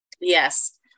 Yes